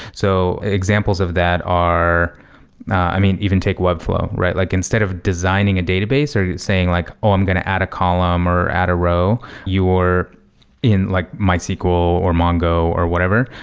so examples of that are i mean, even take webflow. like instead of designing a database or saying like, oh, i'm going to add a column or add a row, you were in like mysql, or mongo, or whatever,